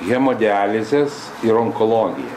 hemodializės ir onkologija